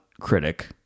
critic